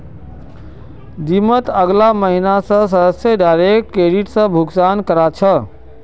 जिमत अगला महीना स सदस्यक डायरेक्ट क्रेडिट स भुक्तान करना छ